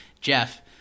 Jeff